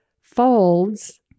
folds